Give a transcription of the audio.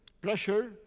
pressure